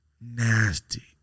Nasty